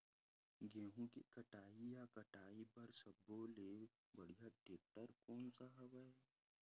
गेहूं के कटाई या कटाई बर सब्बो ले बढ़िया टेक्टर कोन सा हवय?